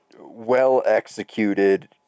well-executed